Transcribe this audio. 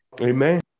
Amen